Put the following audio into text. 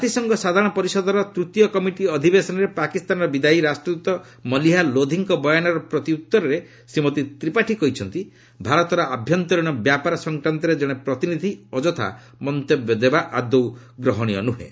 ଜାତିସଂଘ ସାଧାରଣ ପରିଷଦର ତୃତୀୟ କମିଟି ଅଧିବେଶନରେ ପାକିସ୍ତାନର ବିଦାୟୀ ରାଷ୍ଟ୍ରଦ୍ୱତ ମଲିହା ଲୋଧିଙ୍କ ବୟାନର ପ୍ରତିଉତ୍ତରରେ ଶ୍ରୀମତୀ ତ୍ରିପାଠୀ କହିଛନ୍ତି ଭାରତର ଆଭ୍ୟନ୍ତରୀଣ ବ୍ୟାପାର ସଂକ୍ରାନ୍ତରେ ଜଣେ ପ୍ରତିନିଧି ଅଯଥା ମନ୍ତବ୍ୟ ଦେବା ଆଦୌ ଗ୍ରହଣୀୟ ନୁହେଁ